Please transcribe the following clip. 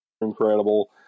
incredible